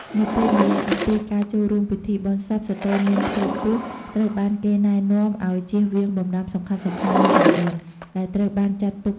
នៅពេលនិយាយអំពីការចូលរួមពិធីបុណ្យសព ស្ត្រីមានផ្ទៃពោះត្រូវបានគេណែនាំឲ្យជៀសវាងបម្រាមសំខាន់ៗមួយចំនួន ដែលត្រូវបានចាត់ទុកថាជាកត្តាអវិជ្ជមាន។